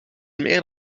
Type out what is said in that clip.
meer